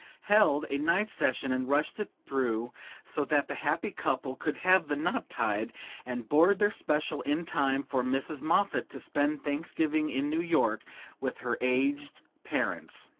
held a night session and rushed it through so that the happy couple could have the knot tied and board their special in time for mrs. moffatt to spend thanksgiving in new york with her aged parents.